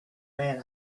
man